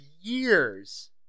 years